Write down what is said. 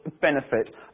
benefit